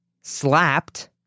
slapped